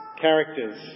characters